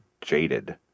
jaded